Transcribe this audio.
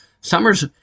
Summers